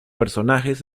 personajes